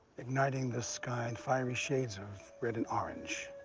igniting the sky in fiery shades of red and orange.